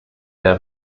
der